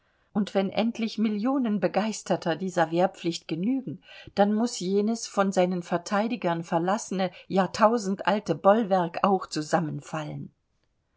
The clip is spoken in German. und wenn endlich millionen begeisterter dieser wehrpflicht genügen dann muß jenes von seinen verteidigern verlassene jahrtausendalte bollwerk auch zusammenfallen